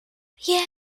yeah